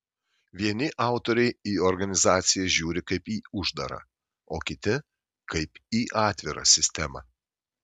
vieni autoriai į organizaciją žiūri kaip į uždarą o kiti kaip į atvirą sistemą